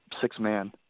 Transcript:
six-man